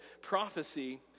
prophecy